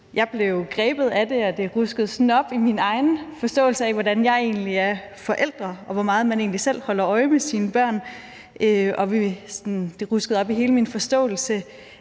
Jeg blev grebet af det, og det ruskede sådan op i min egen forståelse af, hvordan jeg egentlig er forælder, og hvor meget man egentlig selv holder øje med sine børn. Det ruskede op i hele min forståelse